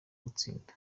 gutsinda